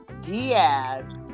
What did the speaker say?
Diaz